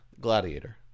Gladiator